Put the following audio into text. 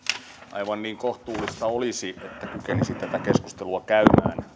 aivan niin kohtuullista olisi että kykenisi tätä keskustelua käymään